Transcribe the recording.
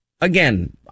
again